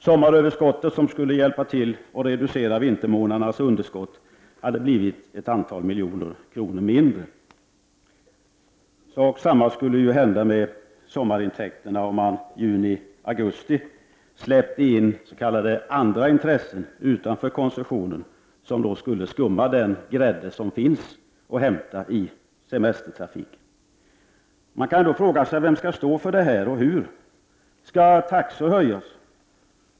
Sommaröverskottet som skulle hjälpa till att reducera vintermånadernas underskott har blivit ett antal miljoner kronor mindre. Samma sak skulle hända med sommarintäkterna om man under juni—augusti släppte in andra intressen utanför koncessionen. De skulle då skumma av den grädde som finns att hämta i semestertrafiken. Man kan fråga sig vem som skall stå för kostnaderna och hur. Skall taxorna höjas?